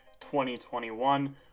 2021